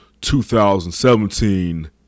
2017